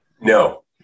No